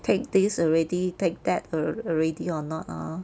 take this already take that alr~ already or not hor